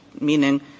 meaning